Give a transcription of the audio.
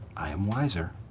i am wiser.